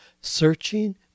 Searching